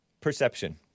Perception